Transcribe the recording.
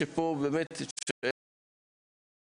מפה אפשר לצאת בקריאה לשתף ילדים ובני נוער בהתחדשות